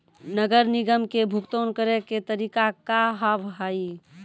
नगर निगम के भुगतान करे के तरीका का हाव हाई?